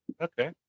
Okay